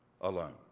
alone